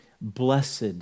Blessed